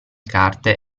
carte